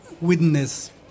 witness